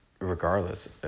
regardless